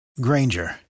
Granger